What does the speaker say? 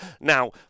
Now